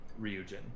Ryujin